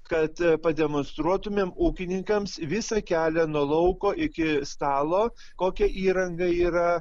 kad pademonstruotumėm ūkininkams visą kelią nuo lauko iki stalo kokia įranga yra